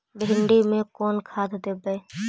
भिंडी में कोन खाद देबै?